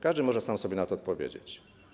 Każdy może sam sobie na to odpowiedzieć.